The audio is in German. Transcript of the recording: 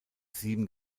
sieben